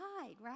right